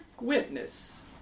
witness